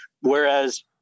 Whereas